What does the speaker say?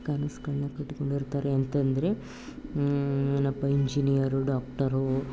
ಕನಸ್ಗಳನ್ನ ಕಟ್ಕೊಂಡಿರ್ತಾರೆ ಅಂತಂದ್ರೆ ಏನಪ್ಪ ಇಂಜಿನಿಯರು ಡಾಕ್ಟರೂ